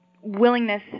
willingness